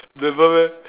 never meh